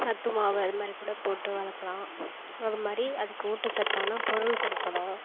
சத்துமாவு அதுமாதிரி கூட போட்டு வளர்க்கலாம் அதுமாதிரி அதுக்கு ஊட்டச்சத்தான பொருள் கொடுக்கணும்